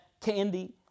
candy